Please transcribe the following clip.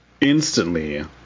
instantly